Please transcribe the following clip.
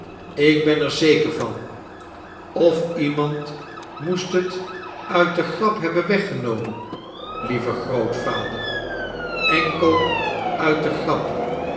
ik ben er zeker van of iemand moest het uit de grap hebben weggenomen lieve grootvader enkel uit de grap